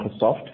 Microsoft